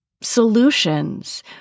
solutions